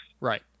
Right